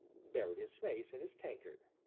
buried his face in his tankard.